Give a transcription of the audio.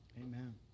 Amen